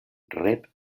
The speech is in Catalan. rep